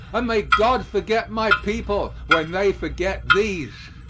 and may god forget my people when they forget these!